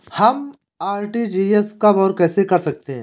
हम आर.टी.जी.एस कब और कैसे करते हैं?